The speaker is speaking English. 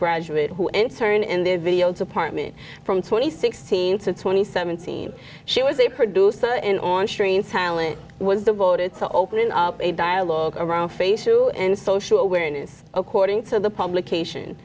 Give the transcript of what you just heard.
graduate who in turn in the video department from twenty sixteen to twenty seven team she was a producer in on stream talent was devoted to opening up a dialogue around face to end social awareness according to the publication